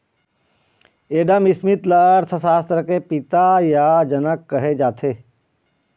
Adam Smith ल अर्थसास्त्र के पिता य जनक कहे जाथे